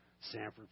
Sanford